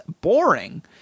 boring